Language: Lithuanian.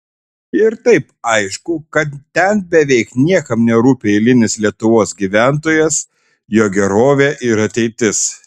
ir taip aišku kad ten beveik niekam nerūpi eilinis lietuvos gyventojas jo gerovė ir ateitis